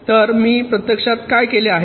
तर मी प्रत्यक्षात काय केले आहे